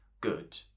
good